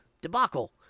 debacle